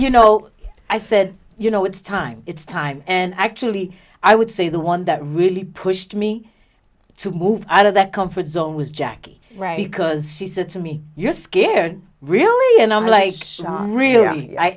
you know i said you know it's time it's time and actually i would say the one that really pushed me to move out of that comfort zone was jackie right because she said to me you're scared really and i'm like